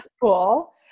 Cool